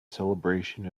celebration